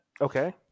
okay